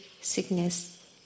sickness